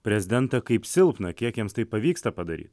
prezidentą kaip silpną kiek jiems tai pavyksta padaryt